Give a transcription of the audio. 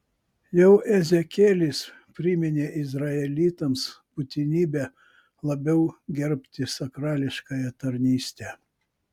jau ezekielis priminė izraelitams būtinybę labiau gerbti sakrališkąją tarnystę